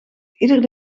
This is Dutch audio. ieder